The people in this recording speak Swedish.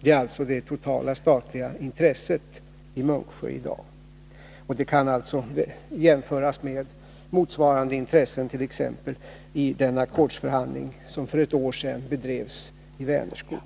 Detta är alltså det totala statliga intresset i Munksjö i dag, och det kan jämföras med motsvarande intressen t.ex. i den ackordsförhandling som för ett år sedan bedrevs i Vänerskog.